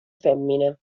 femmine